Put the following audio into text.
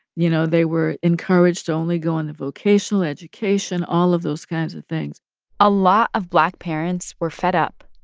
you know, they were encouraged to only go into vocational education, all of those kinds of things a lot of black parents were fed up,